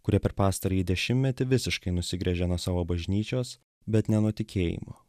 kurie per pastarąjį dešimtmetį visiškai nusigręžė nuo savo bažnyčios bet ne nuo tikėjimo